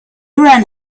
ran